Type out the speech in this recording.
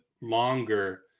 longer